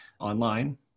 online